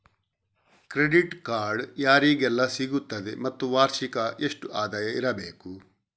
Credit card ಯಾರಿಗೆಲ್ಲ ಸಿಗುತ್ತದೆ ಮತ್ತು ವಾರ್ಷಿಕ ಎಷ್ಟು ಆದಾಯ ಇರಬೇಕು?